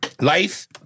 Life